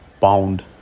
pound